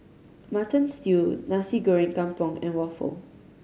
Mutton Stew Nasi Goreng Kampung and waffle